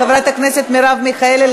חברת הכנסת מרב מיכאלי,